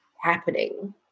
happening